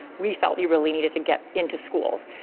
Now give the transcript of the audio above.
we felt you really needed to get into schools.